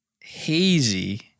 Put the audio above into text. hazy